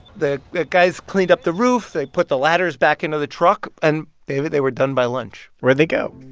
the the guys cleaned up the roof. they put the ladders back into the truck. and, david, they were done by lunch where'd they go?